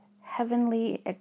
heavenly